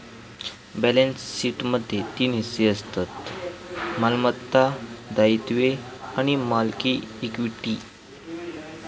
balance शीटमध्ये तीन हिस्से असतत मालमत्ता, दायित्वे आणि मालकी इक्विटी